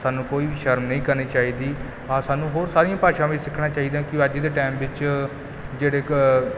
ਸਾਨੂੰ ਕੋਈ ਸ਼ਰਮ ਨਹੀਂ ਕਰਨੀ ਚਾਹੀਦੀ ਹਾਂ ਸਾਨੂੰ ਹੋਰ ਸਾਰੀਆਂ ਭਾਸ਼ਾਵਾਂ ਵੀ ਸਿੱਖਣਾ ਚਾਹੀਦਾ ਕਿ ਅੱਜ ਦੇ ਟੈਮ ਵਿੱਚ ਜਿਹੜੇ ਕਅ